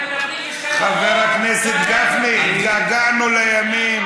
אתם מדברים, חבר הכנסת גפני, התגעגענו לימים.